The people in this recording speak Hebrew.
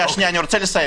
אני רוצה לסיים.